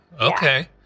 okay